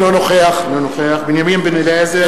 אינו נוכח בנימין בן-אליעזר,